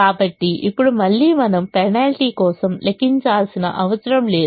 కాబట్టి ఇప్పుడు మళ్ళీ మనము పెనాల్టీ కోసం లెక్కించాల్సిన అవసరం లేదు